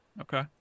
Okay